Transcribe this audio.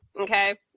okay